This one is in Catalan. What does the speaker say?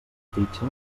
fitxa